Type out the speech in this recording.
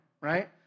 right